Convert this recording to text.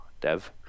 dev